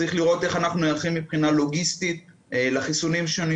צריך לראות איך אנחנו נערכים מבחינה לוגיסטית לחיסונים השונים.